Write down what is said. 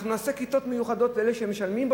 אנחנו נעשה כיתות מיוחדות לאלה שמשלמים,